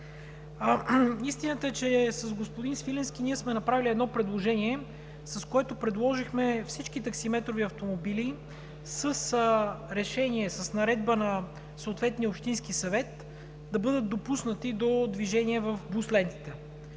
Истината е, че с господин Свиленски ние сме направили едно предложение, с което предложихме всички таксиметрови автомобили с наредба на съответния общински съвет да бъдат допуснати до движение в бус лентите.